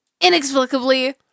inexplicably